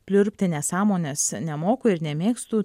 pliurpti nesąmones nemoku ir nemėgstu